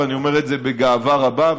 ואני אומר את זה בגאווה רבה,